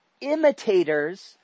imitators